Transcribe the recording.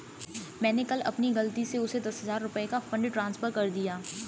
मैंने कल अपनी गलती से उसे दस हजार रुपया का फ़ंड ट्रांस्फर कर दिया